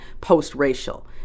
post-racial